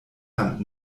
hand